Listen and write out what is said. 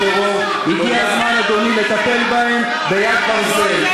הגיע הזמן, אדוני, לטפל בהם ביד ברזל.